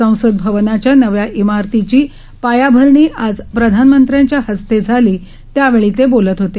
संसद भवनाच्या नव्या इमारतीची पायाभरणी आज प्रधानमंत्र्यांच्या हस्ते झालं त्यावेळी ते बोलत होते